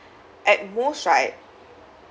at most right